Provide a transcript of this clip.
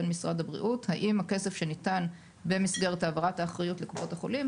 משרד הבריאות: האם הכסף שניתן במסגרת העברת האחריות לקופות החולים